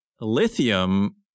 lithium